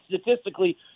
statistically